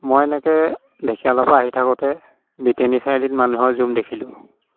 মই এনেকৈ ঢেকিয়ালৰপৰা আহি থাকোঁতে বেতিয়নী চাৰিআলিত মানুহৰ জুম দেখিলোঁ